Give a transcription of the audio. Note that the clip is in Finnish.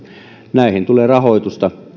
näihin tulee rahoitusta